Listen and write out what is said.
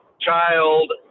child